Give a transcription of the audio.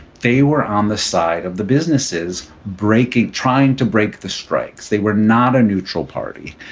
they were on the side of the businesses breaking, trying to break the strikes. they were not a neutral party.